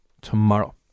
tomorrow